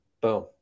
Boom